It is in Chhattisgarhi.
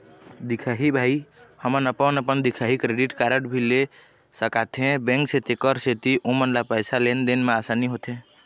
दिखाही भाई हमन अपन अपन दिखाही क्रेडिट कारड भी ले सकाथे बैंक से तेकर सेंथी ओमन ला पैसा लेन देन मा आसानी होथे?